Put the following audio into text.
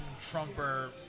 Trumper